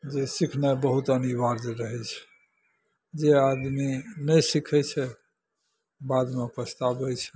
जे सिखनाइ बहुत अनिवार्य रहै छै जे आदमी नहि सिखै छै बादमे पछताबै छै